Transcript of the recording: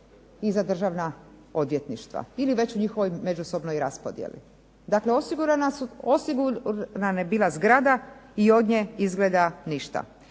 i za državna odvjetništva, ili već u njihovoj međusobno raspodjeli. Dakle, osigurana je bila zgrada i od nje izgleda ništa.